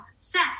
set